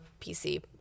PC